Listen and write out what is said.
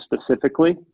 specifically